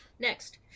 next